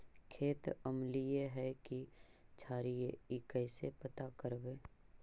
खेत अमलिए है कि क्षारिए इ कैसे पता करबै?